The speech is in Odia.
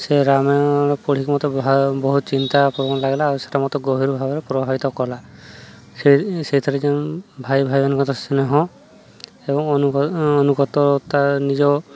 ସେ ରାମାୟଣ ପଢ଼ିକି ମତେ ବହୁତ ଚିନ୍ତା ପର୍ବଣ ଲାଗିଲା ଆଉ ସେଟା ମତେ ଗଭୀର ଭାବରେ ପ୍ରଭାବିତ କଲା ସେ ସେଇଥିରେ ଯେଉଁ ଭାଇ ଭାଇ ଅନଗତ ସ୍ନେହ ଏବଂ ଅନୁ ଅନୁଗତତା ନିଜ